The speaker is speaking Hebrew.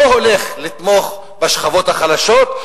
לא הולך לתמוך בשכבות החלשות,